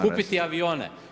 Kupiti avione?